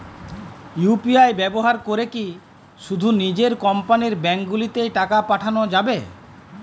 UPI ব্যবহার করে কি শুধু নিজের কোম্পানীর ব্যাংকগুলিতেই টাকা পাঠানো যাবে?